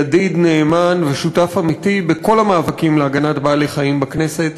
ידיד נאמן ושותף אמיתי בכל המאבקים להגנת בעלי-החיים בכנסת.